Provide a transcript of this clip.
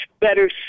better